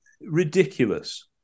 Ridiculous